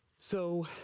so,